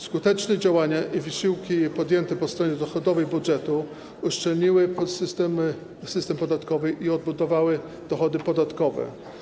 Skuteczne działania i wysiłki podjęte po stronie dochodowej budżetu uszczelniły system podatkowy i odbudowały dochody podatkowe.